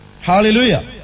Hallelujah